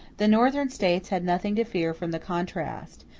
the northern states had nothing to fear from the contrast,